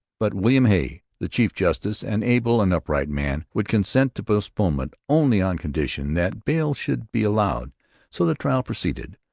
but william hey, the chief justice, an able and upright man, would consent to postponement only on condition that bail should be allowed so the trial proceeded.